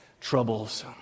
troubles